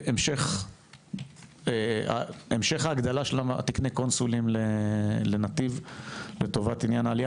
והמשך ההגדלה של תקני קונסולים לנתיב לטובת עניין העלייה.